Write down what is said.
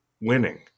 winning